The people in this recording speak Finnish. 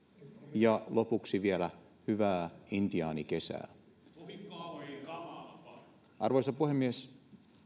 ja lopuksi toivotettiin vielä hyvää intiaanikesää arvoisa puhemies